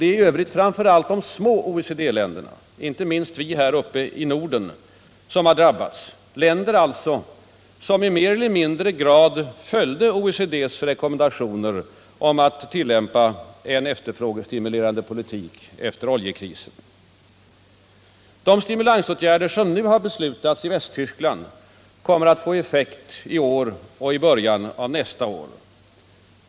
Det är i övrigt framför allt de små OECD-länderna, inte minst vi här uppe i Norden, som har drabbats — länder som i större eller mindre utsträckning följde OECD:s rekommendationer om att tillämpa en efterfrågestimulerande politik efter oljekrisen. De stimulansåtgärder som nu har beslutats i Västtyskland kommer att få effekt i år och i början av nästa år.